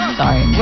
sorry